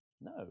No